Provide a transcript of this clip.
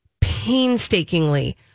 painstakingly